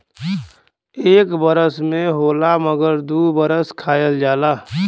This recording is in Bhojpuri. एक बरस में होला मगर दू बरस खायल जाला